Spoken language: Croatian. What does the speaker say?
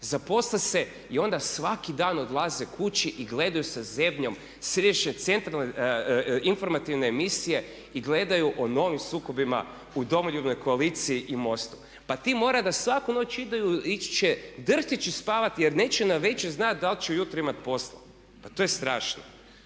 zaposle se i onda svaki dan odlaze kući i gledaju sa zebnjom središnje centralne informativne emisije i gledaju o novim sukobima u Domoljubnoj koaliciji i MOST-u. Pa ti mora da svaku noć idu drhteći spavati jer neće navečer znati da li će ujutro imati posla. Pa to je strašno!